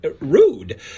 rude